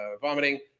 vomiting